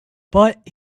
but